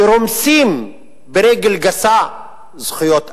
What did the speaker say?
שרומסים ברגל גסה זכויות אדם,